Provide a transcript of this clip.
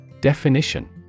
Definition